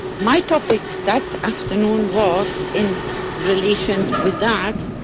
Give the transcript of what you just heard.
my topic that afternoon was, in relation with that,